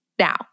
Now